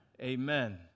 Amen